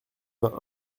vingt